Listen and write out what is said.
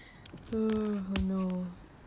err oh no